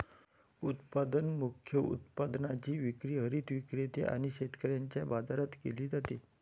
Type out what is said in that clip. उत्पादन मुख्य उत्पादनाची विक्री हरित विक्रेते आणि शेतकऱ्यांच्या बाजारात केली जाते